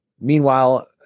Meanwhile